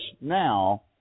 now